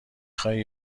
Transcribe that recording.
خوای